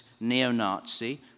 neo-Nazi